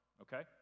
Okay